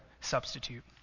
substitute